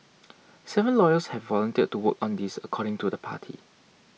seven lawyers have volunteered to work on this according to the party